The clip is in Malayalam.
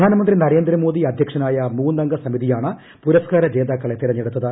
പ്രധാനമന്ത്രി നരേന്ദ്ര മോദി അധ്യക്ഷനായ മൂന്നംഗ സമിതിയാണ് പുരസ്ക്കാര ജേതാക്കളെ തെരഞ്ഞെടുത്തത്